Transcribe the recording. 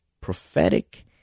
prophetic